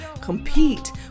compete